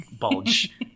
bulge